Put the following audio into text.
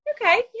okay